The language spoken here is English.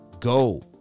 go